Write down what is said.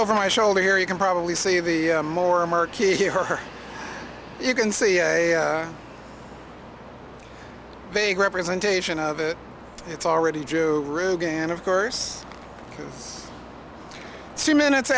over my shoulder here you can probably see the more murky her you can see a big representation of it it's already drew and of course see minutes